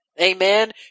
Amen